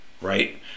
right